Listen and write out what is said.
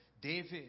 David